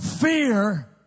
Fear